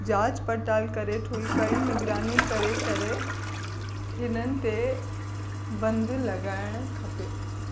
जांच पड़ताल करे थरी कड़ी निगरानी करे करे हिननि ते बंदि लॻाइणु खपे